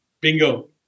Bingo